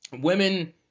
women